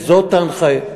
זו ההנחיה.